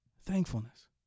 Thankfulness